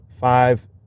five